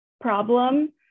problem